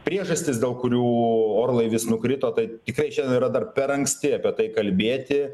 priežastis dėl kurių orlaivis nukrito tai tikrai šiandien yra dar per anksti apie tai kalbėti